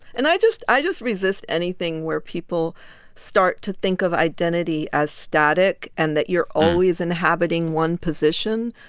and i just i just resist anything where people start to think of identity as static and that you're always inhabiting one position.